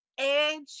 Edge